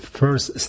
first